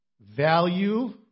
value